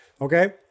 okay